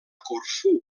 corfú